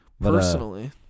Personally